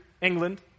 England